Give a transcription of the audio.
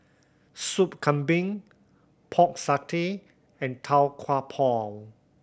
Soup Kambing Pork Satay and Tau Kwa Pau